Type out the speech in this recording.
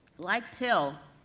like till,